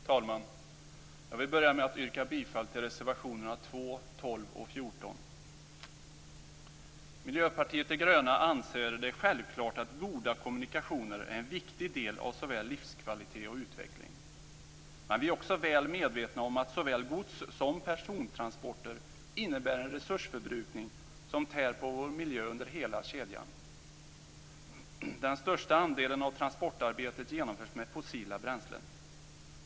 Fru talman! Jag vill börja med att yrka bifall till reservationerna 2, 12 och 14. Miljöpartiet de gröna anser det självklart att goda kommunikationer är en viktig del av såväl livskvalitet som utveckling. Men vi är också väl medvetna om att såväl gods som persontransporter innebär en resursförbrukning som tär på vår miljö under hela kedjan. Den största andelen av transportarbetet genomförs med fossila bränslen.